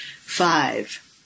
Five